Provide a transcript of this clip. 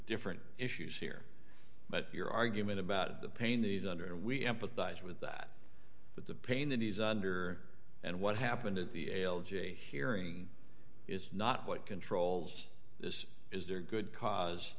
different issues here but your argument about the pain the under we empathize with that but the pain that he's under and what happened at the ale g hearing is not what controls this is there good cause